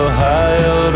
Ohio